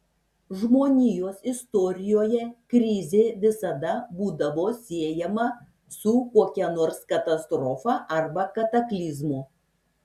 žmonijos istorijoje krizė visada būdavo siejama su kokia nors katastrofa arba kataklizmu